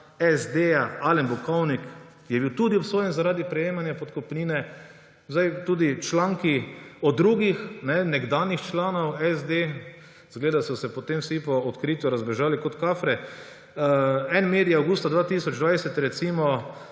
SD, Alen Bukovnik je bil tudi obsojen zaradi prejemanja podkupnine. Tudi članki o drugih nekdanjih članih SD − izgleda, da so se vsi potem po odkritju razbežali kot kafre −, en medij je avgusta 2020 recimo